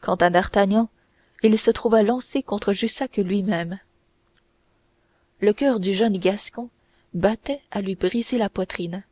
quant à d'artagnan il se trouva lancé contre jussac lui-même le coeur du jeune gascon battait à lui briser la poitrine